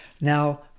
Now